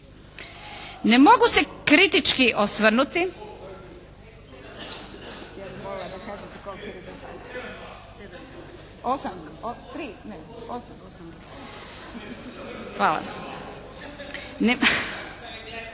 Ne mogu se kritički osvrnuti